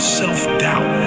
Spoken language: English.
self-doubt